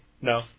No